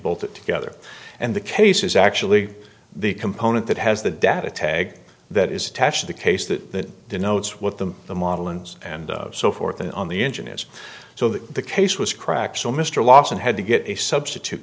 both together and the case is actually the component that has the data tag that is attached to the case that denotes with them the model ins and so forth and on the engine is so that the case was cracked so mr lawson had to get a substitute